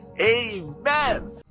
Amen